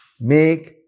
make